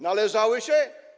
Należały się?